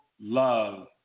love